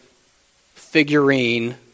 figurine